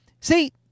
see